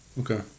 Okay